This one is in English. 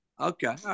Okay